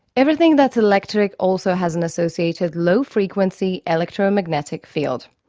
everything that's electric also has an associated low frequency electro-magnetic field.